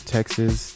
Texas